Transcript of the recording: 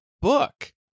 book